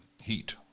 heat